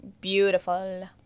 beautiful